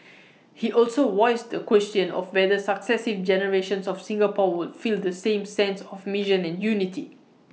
he also voiced the question of whether successive generations of Singapore would feel the same sense of mission and unity